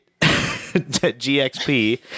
gxp